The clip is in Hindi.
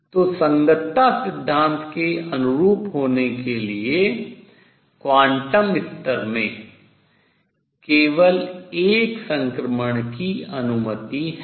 तो संगतता सिद्धांत के अनुरूप होने के लिए क्वांटम स्तर में केवल एक संक्रमण की अनुमति है